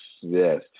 Yes